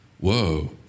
Whoa